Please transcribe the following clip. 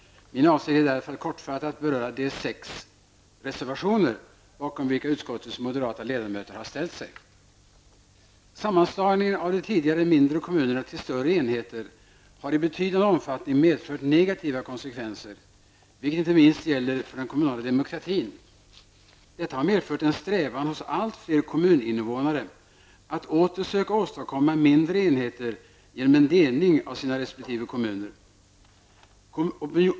Min avsikt är därför att kortfattat beröra de sex reservationer bakom vilka utskottets moderata ledamöter har ställt sig. Sammanslagningen av de tidigare mindre kommunerna till större enheter har i betydande omfattning medfört negativa konsekvenser, vilket inte minst gäller för den kommunala demokratin. Detta har medfört en strävan hos allt fler kommuninvånare att åter söka åstadkomma mindre enheter, nämligen genom en delning av sina resp. kommuner.